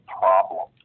problem